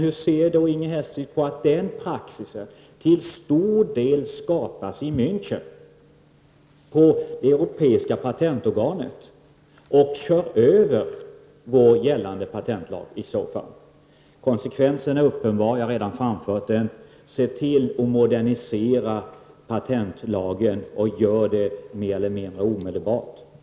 Hur ser då Inger Hestvik på att denna praxis till stor del skapas i Mänchen, på det europeiska patentorganet? I så fall kör denna praxis över vår gällande patentlag. Konsekvensen är uppenbar, och jag har redan framfört den: se till att modernisera patentlagen och gör det mer eller mindre omedelbart!